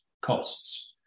Costs